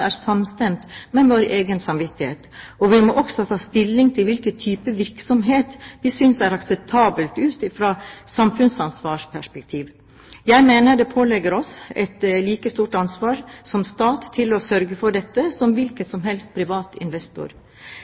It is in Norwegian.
er samstemt med vår egen samvittighet, og vi må også ta stilling til hvilken type virksomhet vi synes er akseptabel ut fra et samfunnsansvarsperspektiv. Jeg mener det pålegger oss som stat et like stort ansvar for å sørge for dette som en hvilken som helst privat investor.